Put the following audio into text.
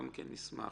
גם נשמח.